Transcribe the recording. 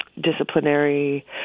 disciplinary